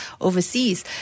overseas